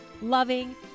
loving